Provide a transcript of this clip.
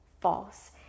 false